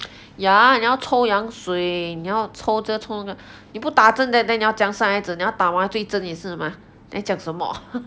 ya 你要抽羊水你要抽这个抽那个你不打针 then 你要怎样生孩子你要打麻醉针也是 mah 你在讲什么